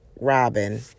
Robin